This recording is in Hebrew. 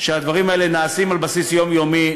שהדברים האלה נעשים על בסיס יומיומי,